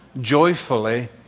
joyfully